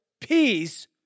peace